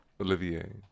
Olivier